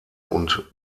und